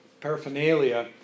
paraphernalia